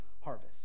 harvest